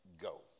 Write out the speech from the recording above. go